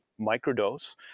microdose